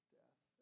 death